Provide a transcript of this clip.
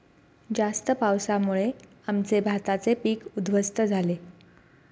जास्त पावसामुळे आमचे भाताचे पीक उध्वस्त झाले